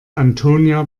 antonia